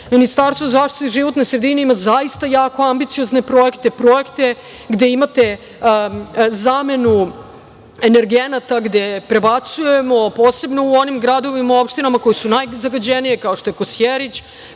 Ministarstvo za zaštitu životne sredine ima zaista jako ambiciozne projekte, projekte gde imate zamenu energenata, gde prebacujemo, posebno u onim gradovima, opštinama koje su najzagađenije kao što je Kosjerić,